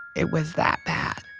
it was that bad